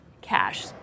cash